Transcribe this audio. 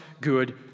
good